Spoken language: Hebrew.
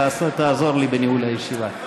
תעזור לי בניהול הישיבה.